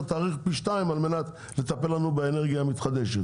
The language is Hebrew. התעריף פי 2 על מנת לטפל לנו באנרגיה המתחדשת.